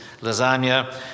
lasagna